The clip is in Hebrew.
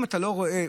אם אתה לא רואה,